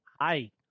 Hi